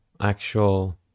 actual